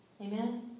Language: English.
Amen